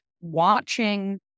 watching